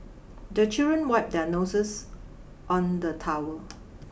the children wipe their noses on the towel